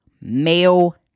male